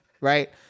right